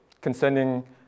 concerning